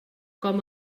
com